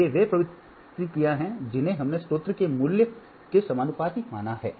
तो ये वे प्रतिक्रियाएँ हैं जिन्हें हमने स्रोत के मूल्य के समानुपाती माना है